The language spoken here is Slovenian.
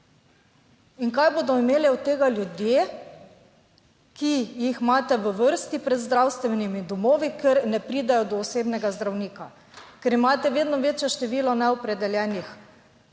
In kaj bodo imeli od tega ljudje, ki jih imate v vrsti pred zdravstvenimi domovi, ker ne pridejo do osebnega zdravnika, ker imate vedno večje število neopredeljenih,